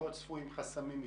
לא צפויים חסמים מצדכם?